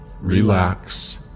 relax